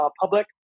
public